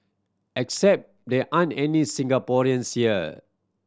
except there aren't any Singaporeans here